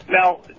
Now